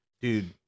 Dude